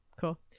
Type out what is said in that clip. Cool